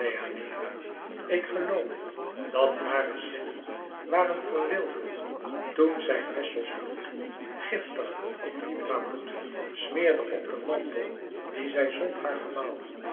ik geloof dat hare zinnen waren verwilderd toen zij nessos bloed giftig van hydra bloed smeerde op den mantel dien zij zond haar